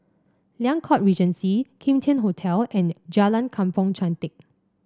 Liang Court Regency Kim Tian Hotel and Jalan Kampong Chantek